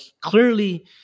clearly